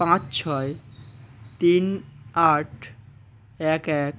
পাঁচ ছয় তিন আট এক এক